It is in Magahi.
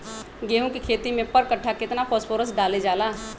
गेंहू के खेती में पर कट्ठा केतना फास्फोरस डाले जाला?